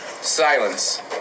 Silence